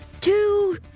two